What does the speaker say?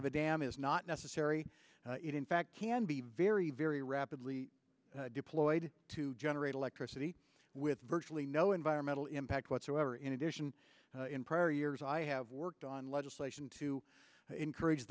a dam is not necessary it in fact can be very very rapidly deployed to generate electricity with virtually no environmental impact whatsoever in addition in prior years i have worked on legislation to encourage